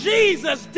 Jesus